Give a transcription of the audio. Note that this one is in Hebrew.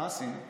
מה עשינו?